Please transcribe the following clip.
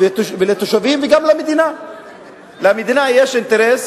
ולכן צריך